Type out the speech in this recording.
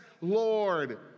Lord